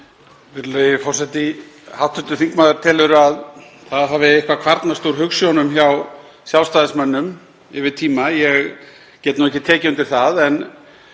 Virðulegi forseti. Hv. þingmaður telur að það hafi eitthvað kvarnast úr hugsjónum hjá Sjálfstæðismönnum yfir tíma. Ég get nú ekki tekið undir það en